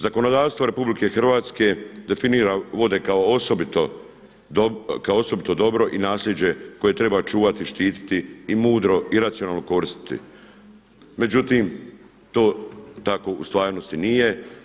Zakonodavstvo RH definira vode kao osobito dobro i nasljeđe koje treba čuvati, štititi i mudro i racionalno koristiti, međutim to tako u stvarnosti nije.